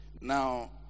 Now